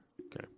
okay